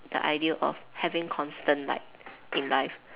the idea of having constant light in life